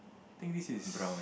think this is